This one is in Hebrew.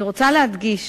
אני רוצה להדגיש